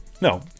No